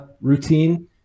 routine